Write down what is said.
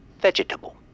Vegetable